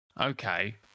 okay